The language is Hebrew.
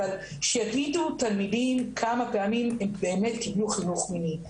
אבל שיגידו תלמידים כמה פעמים הם באמת קיבלו חינוך מיני,